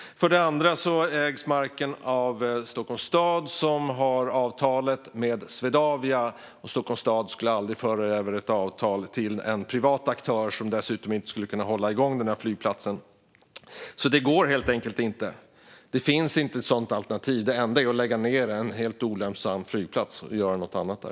För det andra ägs marken av Stockholms stad, och Stockholms stad skulle aldrig föra över avtalet med Swedavia till en privat aktör, som dessutom inte skulle kunna hålla igång flygplatsen. Det går helt enkelt inte att sälja den; det är inget alternativ. Det enda som gäller är att lägga ned en olönsam flygplats och göra något annat där.